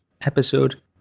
episode